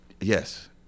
yes